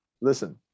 Listen